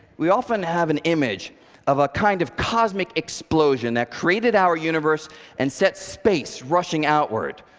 we often have an image of a kind of cosmic explosion that created our universe and set space rushing outward.